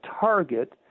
target –